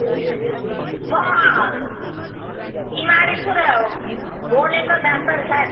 म बिमारी छु र बोलेको डक्टर साहेब